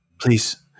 Please